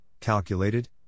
calculated